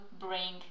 bring